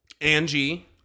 Angie